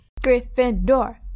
Gryffindor